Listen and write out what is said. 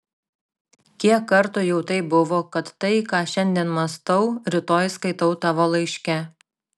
kiek kartų jau taip buvo kad tai ką šiandien mąstau rytoj skaitau tavo laiške